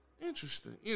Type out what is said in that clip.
Interesting